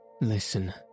Listen